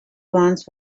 months